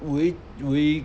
we we